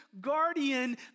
guardian